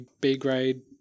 B-grade